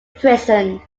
prison